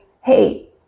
hey